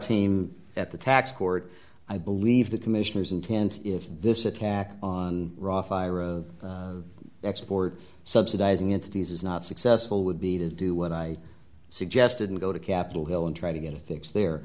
team at the tax court i believe the commissioners intent if this attack on raw fire of export subsidising into these is not successful would be to do what i suggested and go to capitol hill and try to get a fix there